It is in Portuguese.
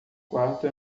quarto